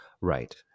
right